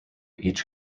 each